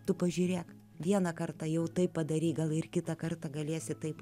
tu pažiūrėk vieną kartą jau taip padaryk galą ir kitą kartą galėsi taip